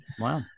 wow